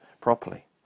properly